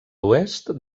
oest